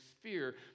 fear